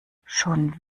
schon